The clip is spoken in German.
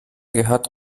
gehört